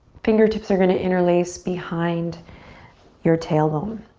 fingertips are going to interlace behind your tailbone.